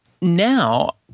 Now